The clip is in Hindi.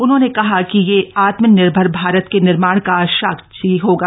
उन्होंने कहा कि यह आत्मनिर्भर भारत के निर्माण का साक्षी होगा